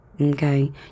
okay